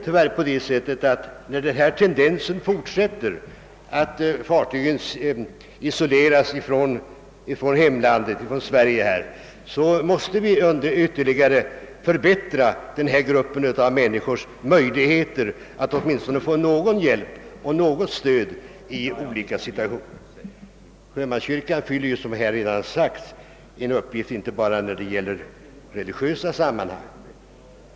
Om den tendensen fortsätter, att fartygen alltmer isoleras från hemlandet, måste vi ytterligare förbättra möjligheterna för denna grupp av människor att åtminstone få någon hjälp och något stöd i olika situationer. Sjömanskyrkan fyller ju, som här redan har sagts, en uppgift inte bara när det gäller religiösa sammanhang.